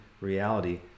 reality